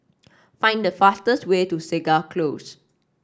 find the fastest way to Segar Close